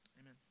Amen